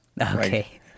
Okay